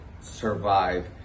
survive